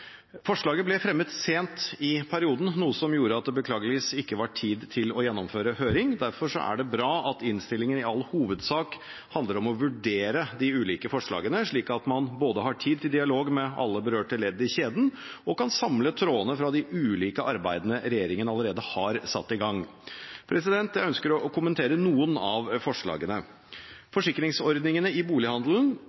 Forslaget ble fremmet sent i perioden, noe som gjorde at det beklageligvis ikke var tid til å gjennomføre høring. Derfor er det bra at innstillingen i all hovedsak handler om å vurdere de ulike forslagene, slik at man både har tid til dialog med alle berørte ledd i kjeden og kan samle trådene fra de ulike arbeidene regjeringen allerede har satt i gang. Jeg ønsker å kommentere noen av forslagene.